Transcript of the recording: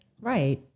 Right